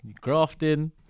Grafting